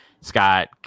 Scott